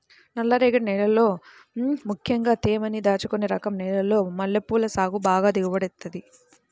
నల్లరేగడి నేలల్లో ముక్కెంగా తేమని దాచుకునే రకం నేలల్లో మల్లెపూల సాగు బాగా దిగుబడినిత్తది